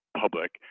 public